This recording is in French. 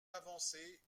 avancer